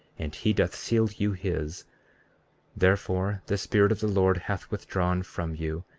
and he doth seal you his therefore, the spirit of the lord hath withdrawn from you,